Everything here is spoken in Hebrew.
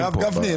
הרב גפני,